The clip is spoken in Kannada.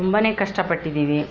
ತುಂಬಾನೇ ಕಷ್ಟಪಟ್ಟಿದ್ದೀವಿ